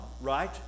right